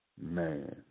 man